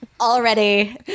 already